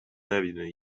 نبینه